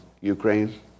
Ukraine